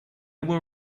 were